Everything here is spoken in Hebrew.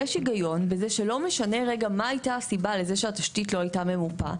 יש הגיון בזה שלא משנה מה הייתה הסיבה לזה שהתשתית לא הייתה ממופה,